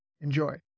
Enjoy